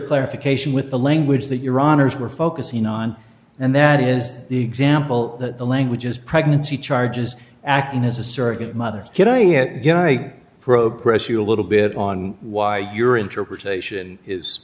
clarification with the language that your honors were focusing on and that is the example that the language is pregnancy charges acting as a surrogate mother getting it good i prob press you a little bit on why your interpretation is